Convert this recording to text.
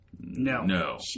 No